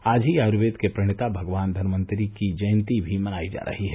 आज ही आय्वेद के प्रणेता भगवान धनवंतरि की जयंती भी मनाई जा रही है